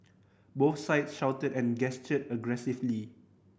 both sides shouted and gestured aggressively